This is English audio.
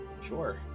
Sure